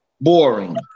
boring